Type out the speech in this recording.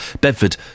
Bedford